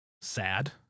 sad